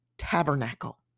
tabernacle